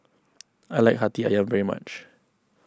I like Hati Ayam very much